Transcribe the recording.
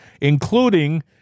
including